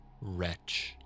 wretch